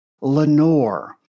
Lenore